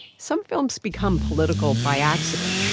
some films become political by accident.